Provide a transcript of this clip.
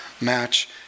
match